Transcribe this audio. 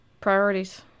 priorities